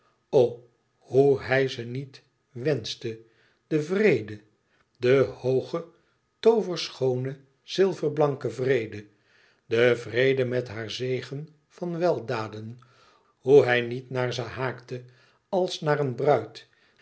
hoe hij ze niet wenschte de n vrede de hooge tooverschoone zilverblanke vrede de vrede met haar zegen van weldaden hoe hij niet naar ze haakte als naar een bruid